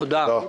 תודה.